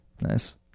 Nice